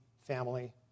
family